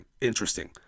interesting